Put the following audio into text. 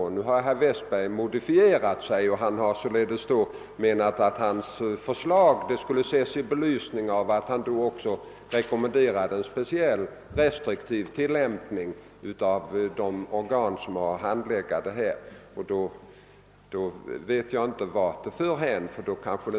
Nu har herr Westberg modifierat sig och förklarat att hans förslag skulle ses i belysning av att han också rekommenderade en speciellt restriktiv tilllämpning hos de organ som har att handlägga dessa frågor. Jag vet inte riktigt vart det i så fall bär hän.